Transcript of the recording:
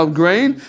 grain